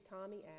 Tommy